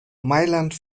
mailand